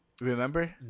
Remember